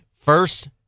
first